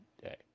Day